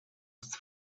was